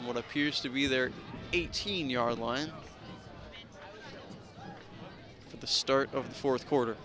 what appears to be their eighteen yard line for the start of the fourth quarter